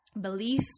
belief